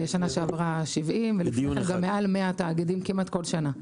בשנה שעברה 70 ולפני כן גם מעל 100 תאגידים כמעט כל שנה.